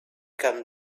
can